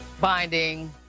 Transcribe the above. binding